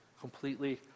Completely